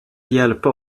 hjälpa